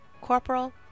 Corporal